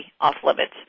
off-limits